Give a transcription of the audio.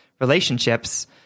relationships